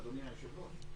אדוני היושב-ראש,